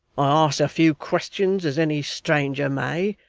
i ask a few questions as any stranger may,